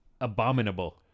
Abominable